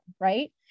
right